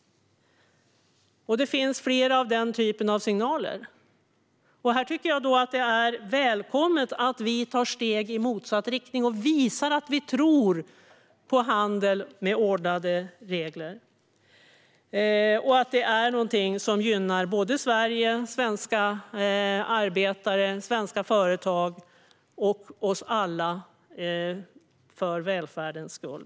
Det finns fler av den typen av signaler. Här är det välkommet att vi tar steg i motsatt riktning och visar att vi tror på handel med ordnade regler och att handel är någonting som gynnar Sverige, svenska arbetare, svenska företag och oss alla för välfärdens skull.